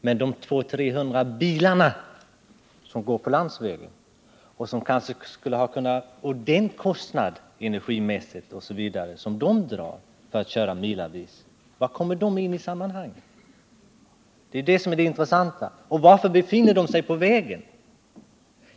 Men de 200-300 bilarna som går miltals på landsvägen och den kostnad som de energimässigt drar — var kommer de in i sammanhanget? Det är det som är det intressanta. Och varför befinner de sig på vägen?